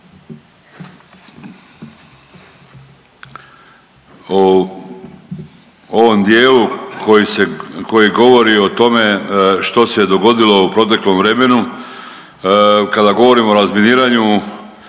… ovom dijelu koji se, koji govori o tome što se je dogodilo u proteklom vremenu, kada govorimo o razminiranju,